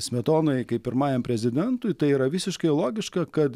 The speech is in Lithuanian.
smetonai kaip pirmajam prezidentui tai yra visiškai logiška kad